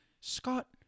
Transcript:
Scott